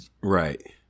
Right